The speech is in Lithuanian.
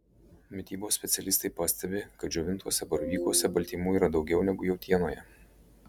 mitybos specialistai pastebi kad džiovintuose baravykuose baltymų yra daugiau negu jautienoje